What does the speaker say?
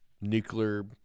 nuclear